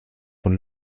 von